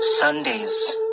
Sundays